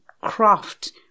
craft